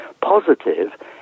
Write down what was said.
positive